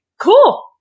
Cool